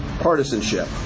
partisanship